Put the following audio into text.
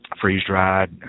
freeze-dried